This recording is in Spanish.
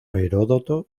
heródoto